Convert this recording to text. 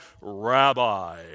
rabbi